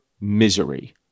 misery